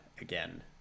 again